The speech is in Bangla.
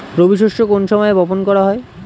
রবি শস্য কোন সময় বপন করা হয়?